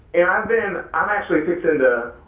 and i've been, i'm actually fixing